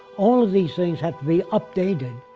all of these things have to be updated.